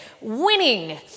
Winning